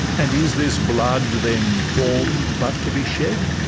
and is this blood, then, form'd but to be shed?